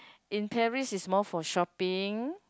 in Paris is more for shopping